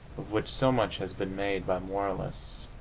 of which so much has been made by moralists,